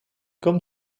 comme